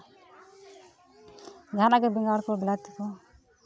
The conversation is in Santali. ᱡᱟᱦᱟᱱᱟᱜ ᱜᱮ ᱵᱮᱸᱜᱟᱲ ᱠᱚ ᱵᱤᱞᱟᱹᱛᱤ ᱠᱚ